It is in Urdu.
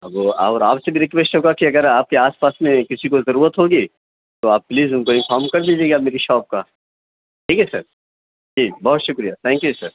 اب اور آپ سے بھی ریکویسٹ ہوگا کہ اگر آپ کے آس پاس میں کسی کو ضرورت ہوگی تو آپ پلیز اُن کو انفارم کر دیجیے گا میری شاپ کا ٹھیک ہے سر ٹھیک ہے بہت شُکریہ تھینک یو سر